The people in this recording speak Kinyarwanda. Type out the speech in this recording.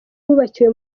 bubakiwe